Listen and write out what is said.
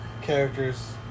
characters